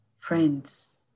Friends